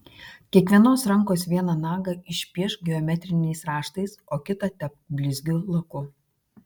kiekvienos rankos vieną nagą išpiešk geometriniais raštais o kitą tepk blizgiu laku